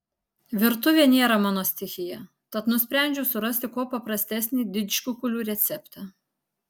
virtuvė nėra mano stichija tad nusprendžiau surasti kuo paprastesnį didžkukulių receptą